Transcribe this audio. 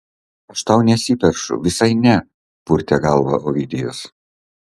aš tau nesiperšu visai ne purtė galvą ovidijus